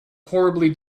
horribly